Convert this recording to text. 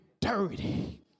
dirty